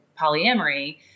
polyamory